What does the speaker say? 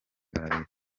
ararira